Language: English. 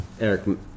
eric